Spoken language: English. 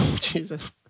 Jesus